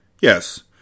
Yes